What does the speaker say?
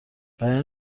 برای